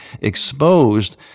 exposed